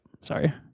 Sorry